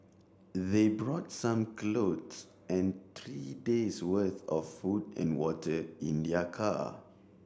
they brought some clothes and three days' worth of food and water in their car